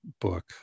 book